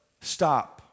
stop